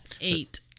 eight